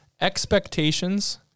expectations